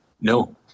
No